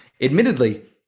admittedly